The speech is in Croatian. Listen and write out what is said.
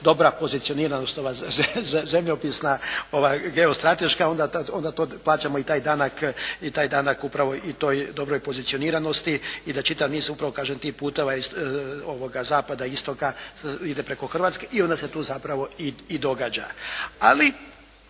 dobra pozicioniranost zemljopisna, geostrateška, onda plaćamo i taj danak i toj dobroj pozicioniranosti i da čitav niz upravo kažem tih puteva zapada, istoka ide preko Hrvatske i onda se tu zapravo i događa.